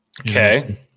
Okay